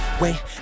wait